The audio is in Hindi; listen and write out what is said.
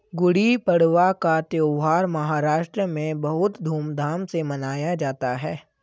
गुड़ी पड़वा का त्यौहार महाराष्ट्र में बहुत धूमधाम से मनाया जाता है